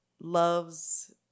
loves